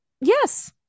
Yes